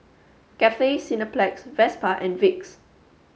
Cathay Cineplex Vespa and Vicks